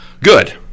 Good